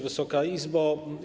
Wysoka Izbo!